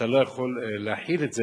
אתה לא יכול להחיל את זה,